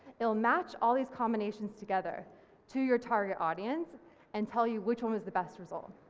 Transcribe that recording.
it'll match all these combinations together to your target audience and tell you which one was the best result.